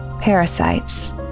Parasites